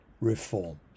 reforms